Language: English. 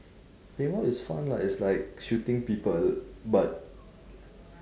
paintball is fun lah it's like shooting people but